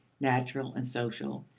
natural and social,